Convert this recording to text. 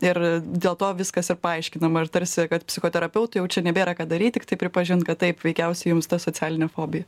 ir dėl to viskas ir paaiškinama ir tarsi kad psichoterapeutui jau čia nebėra ką daryt tiktai pripažint kad taip veikiausiai jums ta socialinė fobija